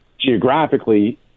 geographically